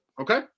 okay